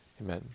Amen